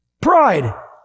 pride